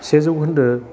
से जौखोन्दो